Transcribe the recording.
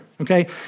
Okay